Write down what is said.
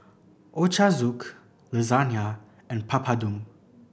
Ochazuke Lasagna and Papadum